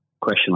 question